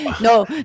no